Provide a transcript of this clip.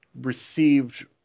received